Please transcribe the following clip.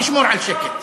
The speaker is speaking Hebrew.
תשמור על שקט.